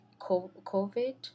COVID